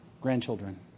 grandchildren